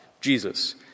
Jesus